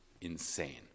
insane